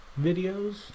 videos